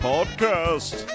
Podcast